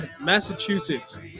Massachusetts